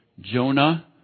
Jonah